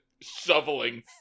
shoveling